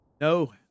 No